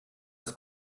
das